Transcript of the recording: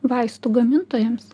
vaistų gamintojams